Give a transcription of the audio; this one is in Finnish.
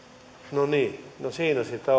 no niin siinä sitä